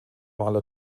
maler